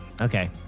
Okay